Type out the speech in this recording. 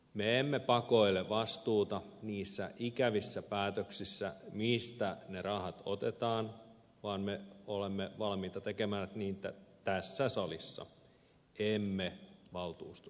me emme pakoile vastuuta niissä ikävissä päätöksissä mistä ne rahat otetaan vaan me olemme valmiita tekemään niitä tässä salissa emme valtuustosalissa